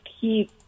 keep